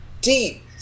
deep